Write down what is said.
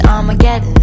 Armageddon